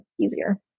easier